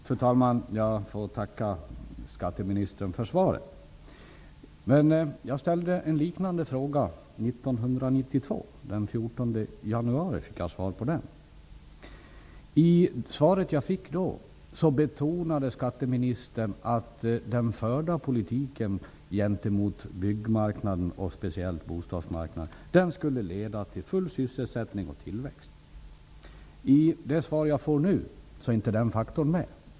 Fru talman! Jag tackar skatteministern för svaret. Den 14 januari 1992 fick jag svar på en liknande fråga som jag hade ställt. I det svar som jag då fick betonade skatteministern att den förda politiken gentemot byggmarknaden, och speciellt mot bostadsmarknaden, skulle leda till full sysselsättning och tillväxt. I det svar som jag här har fått finns inte den faktorn med.